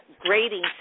grading